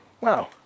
wow